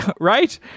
right